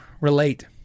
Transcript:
relate